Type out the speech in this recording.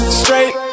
straight